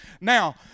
Now